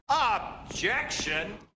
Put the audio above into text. Objection